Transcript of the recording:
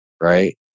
right